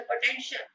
potential